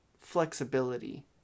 flexibility